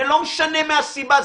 ולא משנה מה הסיבה,